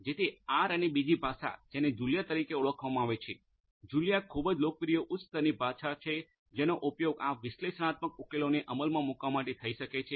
જેથી આર અને બીજી ભાષા જેને જુલિયા તરીકે ઓળખવામાં આવે છે જુલિયા પણ ખૂબ જ લોકપ્રિય ઉચ્ચ સ્તરની ભાષા છે જેનો ઉપયોગ આ વિશ્લેષણાત્મક ઉકેલોને અમલમાં મૂકવા માટે થઈ શકે છે